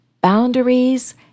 boundaries